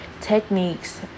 techniques